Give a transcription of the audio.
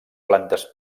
plantes